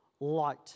Light